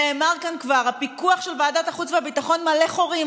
נאמר כאן כבר: הפיקוח של ועדת החוץ והביטחון מלא חורים,